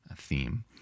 theme